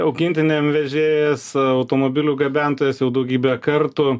augintiniam vežėjas automobilių gabentojas jau daugybę kartų